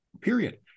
period